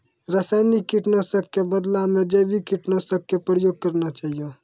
रासायनिक कीट नाशक कॅ बदला मॅ जैविक कीटनाशक कॅ प्रयोग करना चाहियो